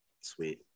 sweet